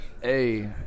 Hey